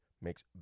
makes